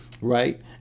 right